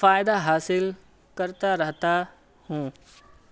فائدہ حاصل کرتا رہتا ہوں